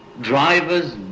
Drivers